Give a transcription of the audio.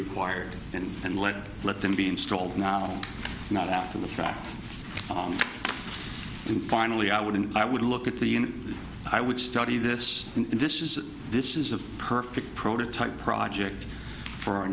required in and let let them be installed now not after the fact and finally i would and i would look at the inn i would study this and this is this is a perfect prototype project for our